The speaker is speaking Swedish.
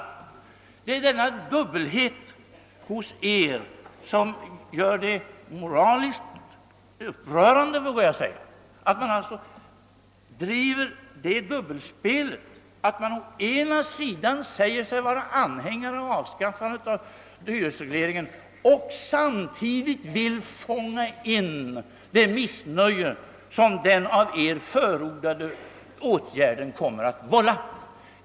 Det är denna dubbelhet hos er som är — det vågar jag säga — moraliskt upprörande. Ni driver det dubbelspelet att ni säger er vara anhängare av att hyresregleringen avskaffas och samtidigt vill fånga in det missnöje som den av er förordade åtgärden kommer att väcka.